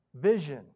Vision